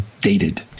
dated